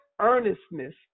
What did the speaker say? earnestness